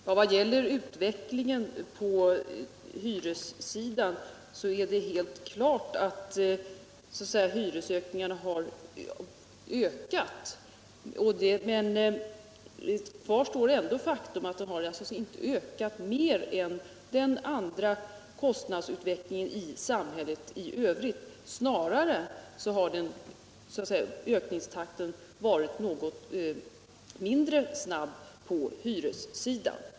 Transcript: Herr talman! Vad gäller utvecklingen på hyressidan är det helt klart att hyresökningarna har accelererat. Kvar står ändå faktum att hyrorna inte har ökat mer än kostnaderna i samhället i övrigt. Snarare har ökningstakten varit något mindre snabb på hyressidan.